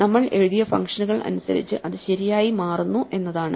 നമ്മൾ എഴുതിയ ഫംഗ്ഷനുകൾ അനുസരിച്ചു അത് ശരിയായി മാറുന്നു എന്നതാണ്